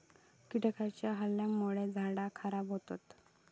कीटकांच्या हल्ल्यामुळे झाडा खराब होतत